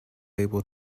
able